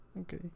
okay